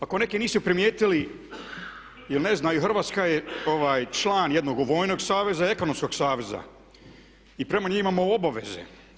Ako neki nisu primijetili ili ne znaju Hrvatska je član jednog vojnog saveza i ekonomskog saveza i prema njima imamo obaveze.